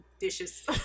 dishes